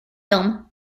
film